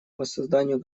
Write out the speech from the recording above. воссозданию